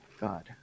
God